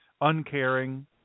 uncaring